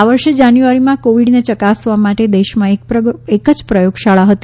આ વર્ષે જાન્યુઆરીમાં કોવિડને ચકાસવા માટે દેશમાં એક જ પ્રયોગશાળા હતી